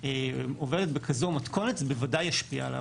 עובדת עם כזו מתכונת זה בוודאי ישפיע עליו.